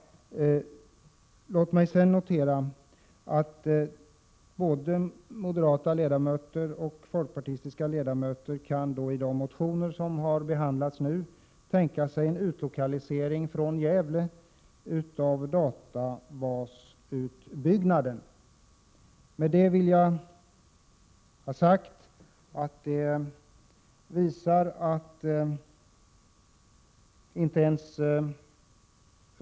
Vidare kan både moderata och folkpartistiska ledamöter i de motioner som har behandlats nu tänka sig en utlokalisering från Gävle av databasutbyggnaden.